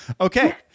Okay